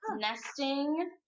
Nesting